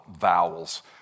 vowels